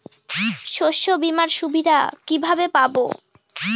শস্যবিমার সুবিধা কিভাবে পাবো?